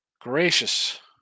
Gracious